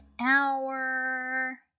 hour